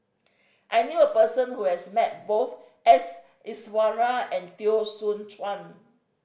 I knew a person who has met both S Iswaran and Teo Soon Chuan